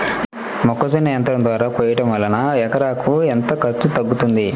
మొక్కజొన్న యంత్రం ద్వారా కోయటం వలన ఎకరాకు ఎంత ఖర్చు తగ్గుతుంది?